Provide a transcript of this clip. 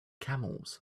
camels